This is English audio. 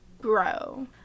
grow